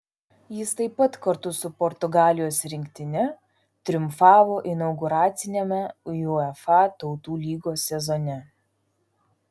jis taip pat kartu su portugalijos rinktine triumfavo inauguraciniame uefa tautų lygos sezone